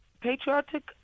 Patriotic